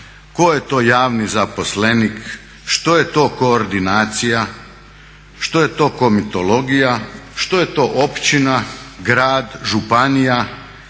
tko je to javni zaposlenik, što je to koordinacija, što je to komitologija, što je to općina, grad, županija,